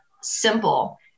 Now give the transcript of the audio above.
simple